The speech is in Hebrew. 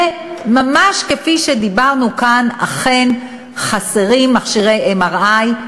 וממש כפי שדיברנו כאן, אכן חסרים מכשירי MRI,